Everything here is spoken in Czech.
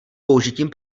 použitím